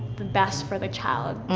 the best for the child,